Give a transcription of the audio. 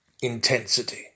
intensity